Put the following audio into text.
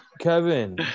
Kevin